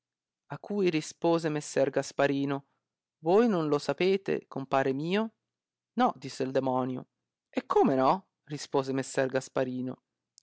a cui rispose messer gasparino non lo sapete voi compare mio no disse il demonio e come no rispose messer gasparino